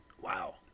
Wow